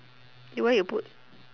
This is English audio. eh why you put